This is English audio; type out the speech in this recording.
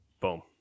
Boom